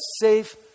safe